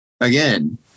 again